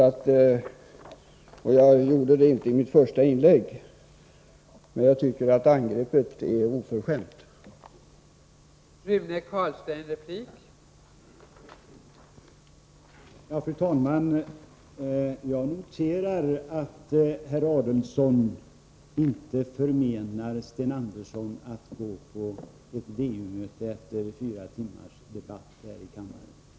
Jag tycker — jag sade det inte i mitt första inlägg, men jag gör det nu — att det är oförskämt att rikta ett sådant här angrepp mot oss.